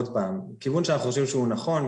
עוד פעם, כיוון שאנחנו חושבים שהוא נכון.